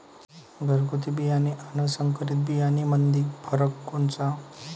घरगुती बियाणे अन संकरीत बियाणामंदी फरक कोनचा?